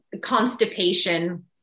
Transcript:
constipation